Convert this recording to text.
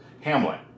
Hamlet